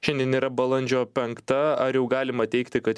šiandien yra balandžio penkta ar jau galima teigti kad